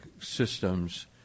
systems